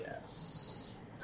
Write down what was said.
Yes